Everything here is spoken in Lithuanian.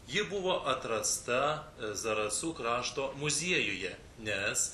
ji buvo atrasta zarasų krašto muziejuje nes